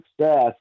success